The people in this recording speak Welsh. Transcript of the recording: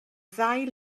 ddau